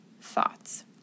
thoughts